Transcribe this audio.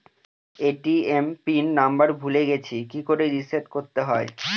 ATM PIN number ভুলে গেছি কি করে রিসেট করতে হয়?